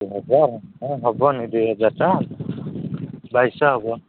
ହେବ ହେବନି ଦୁଇ ହଜାର ଟଙ୍କା ବାଇଶ ଶହ ହେବ